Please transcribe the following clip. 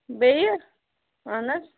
بیٚیہِ اَہَن حظ